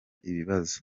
ibibazo